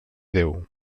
déu